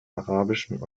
arabischen